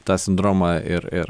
tą sindromą ir ir